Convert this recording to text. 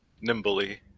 nimbly